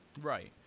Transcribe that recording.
Right